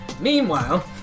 meanwhile